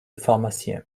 pharmaciens